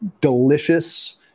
delicious